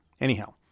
Anyhow